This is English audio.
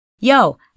Yo